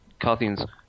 Carthians